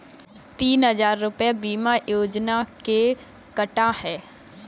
तीन हजार रूपए बीमा योजना के कटा है